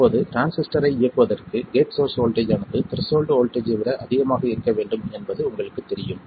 இப்போது டிரான்சிஸ்டர் ஐ இயக்குவதற்கு கேட் சோர்ஸ் வோல்டேஜ் ஆனது த்ரெஷோல்ட் வோல்டேஜை விட அதிகமாக இருக்க வேண்டும் என்பது உங்களுக்குத் தெரியும்